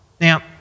Now